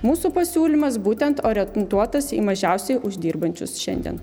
mūsų pasiūlymas būtent orientuotas į mažiausiai uždirbančius šiandien